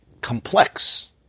complex